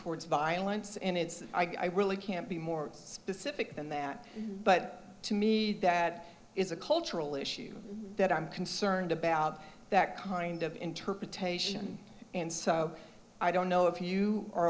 towards violence and it's i really can't be more specific than that but to me that is a cultural issue that i'm concerned about that kind of interpretation and so i don't know if you are